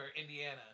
Indiana